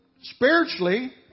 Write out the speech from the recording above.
spiritually